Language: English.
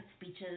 speeches